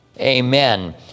Amen